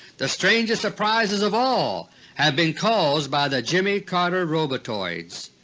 the strangest surprises of all have been caused by the jimmy carter robotoids.